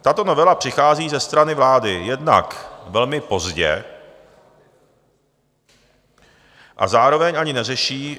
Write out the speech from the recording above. Tato novela přichází ze strany vlády jednak velmi pozdě a zároveň ani neřeší...